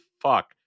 fuck